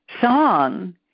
song